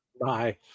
Bye